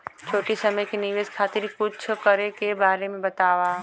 छोटी समय के निवेश खातिर कुछ करे के बारे मे बताव?